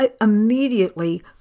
Immediately